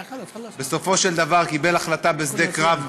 שבסופו של דבר קיבל החלטה בשדה קרב.